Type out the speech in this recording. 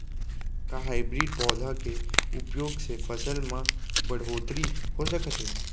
का हाइब्रिड पौधा के उपयोग से फसल म बढ़होत्तरी हो सकत हे?